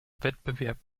wettbewerb